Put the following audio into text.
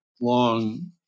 long